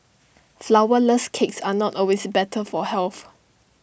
Flourless Cakes are not always better for health